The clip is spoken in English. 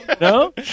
No